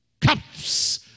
cups